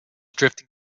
drifting